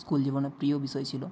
school জীবনে প্রিয় বিষয় ছিলো